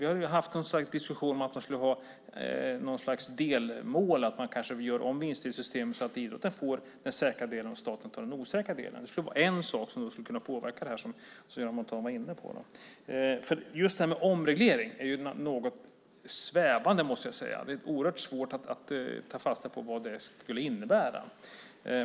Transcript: Vi har haft en diskussion om att man skulle ha något slags delmål, att man kanske gör om vinstdelningssystemet så att idrotten får den säkra delen och staten tar den osäkra delen. Det skulle vara en sak som skulle kunna påverka det här som Göran Montan var inne på. Omreglering är något svävande, måste jag säga. Det är oerhört svårt att ta fasta på vad det skulle innebära.